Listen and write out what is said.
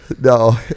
No